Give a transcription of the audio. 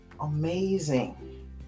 amazing